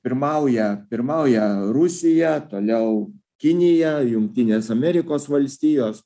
pirmauja pirmauja rusija toliau kinija jungtinės amerikos valstijos